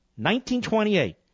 1928